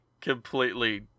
completely